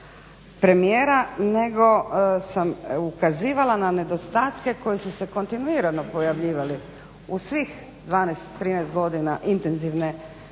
premijera, nego sam ukazivala na nedostatke koji su se kontinuirano pojavljivali u svih 12, 13 godina intenzivne